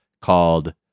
Called